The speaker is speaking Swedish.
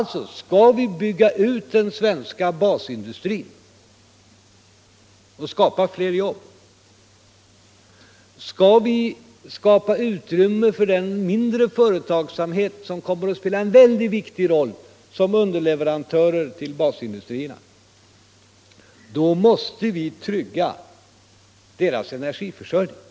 Om vi nu skall kunna bygga ut den svenska basindustrin och skapa fler jobb, om vi skall skapa utrymme för den mindre företagsamhet som kommer att spela en mycket viktig roll som underleverantörer till basindustrierna, så måste vi trygga företagens energiförsörjning.